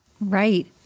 Right